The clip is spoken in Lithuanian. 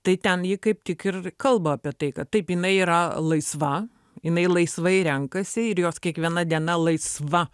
tai ten ji kaip tik ir kalba apie tai kad taip jinai yra laisva jinai laisvai renkasi ir jos kiekviena diena laisva